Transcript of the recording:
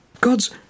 God's